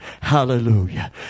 hallelujah